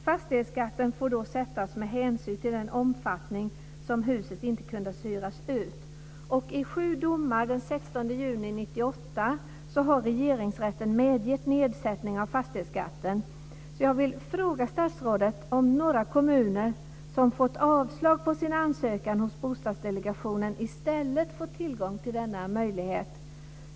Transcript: Fastighetsskatten får då sättas med hänsyn till den omfattning i vilken huset inte kunnat hyras ut. I sju domar den 16 juni 1998 har Jag vill fråga statsrådet om några kommuner som fått avslag på sin ansökan hos Bostadsdelegationen i stället fått tillgång till denna möjlighet.